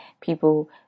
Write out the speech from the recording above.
People